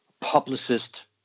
publicist